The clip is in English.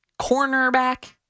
cornerback